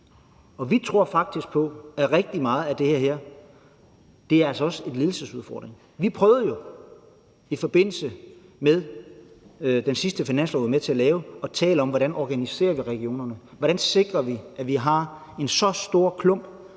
og vi tror faktisk på, at rigtig meget af det her også er en ledelsesudfordring. Og vi prøvede jo i forbindelse med den sidste finanslov, vi var med til at lave, at tale om, hvordan vi organiserer regionerne. Hvordan sikrer vi, at vi med en så stor klump